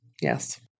Yes